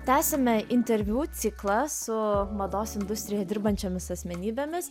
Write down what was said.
tęsiame interviu ciklą su mados industrijoje dirbančiomis asmenybėmis